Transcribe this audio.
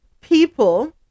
people